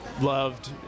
loved